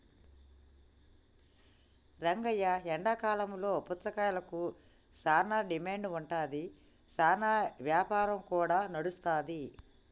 రంగయ్య ఎండాకాలంలో పుచ్చకాయలకు సానా డిమాండ్ ఉంటాది, సానా యాపారం కూడా నడుస్తాది